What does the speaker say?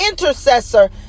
intercessor